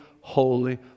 holy